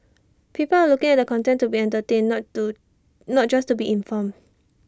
people are looking at the content to be entertained not to not just to be informed